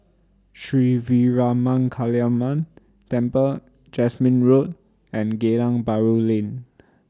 Sri Veeramakaliamman Temple Jasmine Road and Geylang Bahru Lane